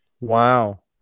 Wow